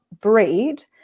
breed